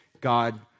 God